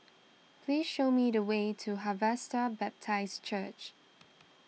please show me the way to Harvester Baptist Church